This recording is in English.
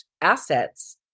assets